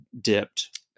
dipped